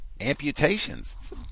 amputations